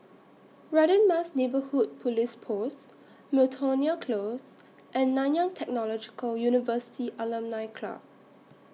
Radin Mas Neighbourhood Police Post Miltonia Close and Nanyang Technological University Alumni Club